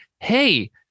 hey